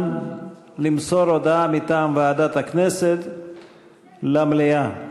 למסור הודעה מטעם ועדת הכנסת למליאה,